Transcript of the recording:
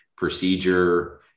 procedure